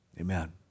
Amen